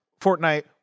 fortnite